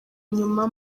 inyuma